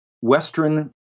Western